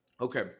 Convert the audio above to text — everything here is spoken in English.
Okay